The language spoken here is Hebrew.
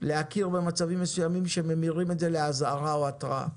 להכיר במצבים מסוימים שממירים את זה לאזהרה או להתראה.